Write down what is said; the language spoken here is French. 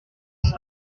fins